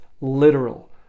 literal